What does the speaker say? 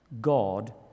God